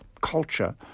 culture